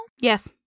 Yes